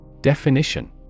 Definition